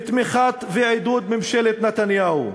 בתמיכה ובעידוד ממשלת נתניהו.